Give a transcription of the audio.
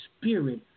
spirit